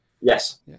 Yes